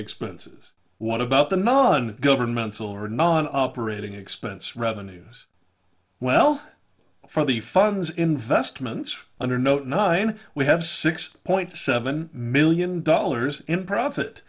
expenses what about the non governmental or non operating expense revenues well for the funds investments under note nine we have six point seven million dollars in profit